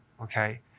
okay